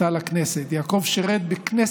לכבד את זכרם בקימה.